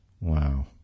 Wow